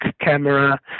camera